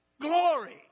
Glory